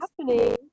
happening